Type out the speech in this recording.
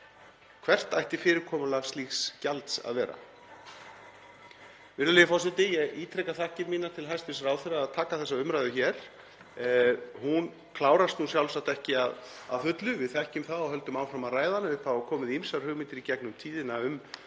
hvert ætti fyrirkomulag slíks gjalds að vera? Virðulegi forseti. Ég ítreka þakkir mínar til hæstv. ráðherra fyrir að taka þessa umræðu hér. Hún klárast nú sjálfsagt ekki að fullu, við þekkjum það og höldum áfram að ræða þetta. Upp hafa komið ýmsar hugmyndir í gegnum tíðina um